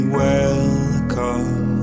welcome